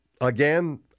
again